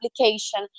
application